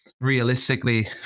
realistically